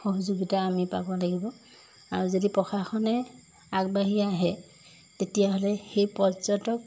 সহযোগিতা আমি পাব লাগিব আৰু যদি প্ৰশাসনে আগবাঢ়ি আহে তেতিয়াহ'লে সেই পৰ্যটক